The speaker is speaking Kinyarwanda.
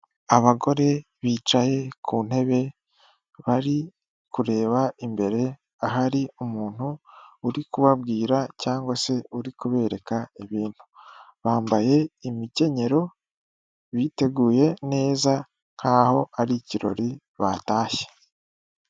Abagore bicaye ku ntebe, bari kureba imbere ahari umuntu uri kubabwira cyangwa se uri kubereka ibintu. Bambaye imikenyero, biteguye neza nk'aho ari ikirori batashye.